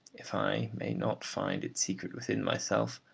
if i may not find its secret within myself,